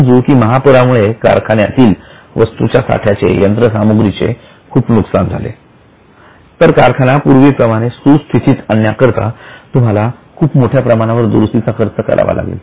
समजू कि महापुरामुळे कारखान्यातील वस्तूच्या साठ्याचे यंत्रसामग्रीचे खूप नुकसान झाले तर कारखाना पूर्वीप्रमाणे सुस्थितीत आणण्याकरिता तुम्हाला खूप मोठ्या प्रमाणावर दुरुस्तीचा खर्च करावा लागेल